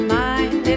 mind